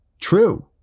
true